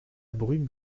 brume